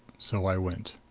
so i went.